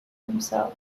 himself